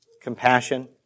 compassion